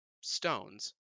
stones